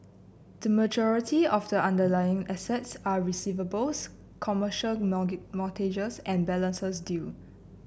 the majority of the underlying assets are receivables commercial mortgages and balances due